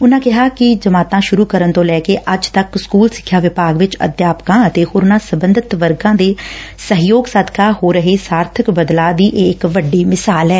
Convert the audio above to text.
ਉਨਾਂ ਕਿਹਾ ਕਿ ਕਲਾਸਾਂ ਸ਼ੁਰੁ ਕਰਨ ਤੋਂ ਲੈ ਕੇ ਅੱਜ ਤੱਕ ਸਕੂਲ ਸਿੱਖਿਆ ਵਿਭਾਗ ਵਿਚ ਅਧਿਆਪਕਾਂ ਅਤੇ ਹੋਰਨਾਂ ਸਬੰਧਤ ਵਰਗਾਂ ਦੇ ਸਹਿਯੋਗ ਸੇਦਕਾ ਹੋ ਰਹੇ ਸਾਰਬਕ ਬਦਲਾਅ ਦੀ ਇਹ ਇੱਕ ਵੱਡੀ ਮਿਸਾਲ ਏ